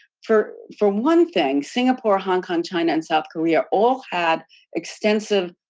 for for one thing, singapore, hong kong, china, and south korea all had extensive,